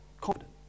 confident